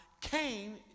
Cain